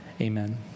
Amen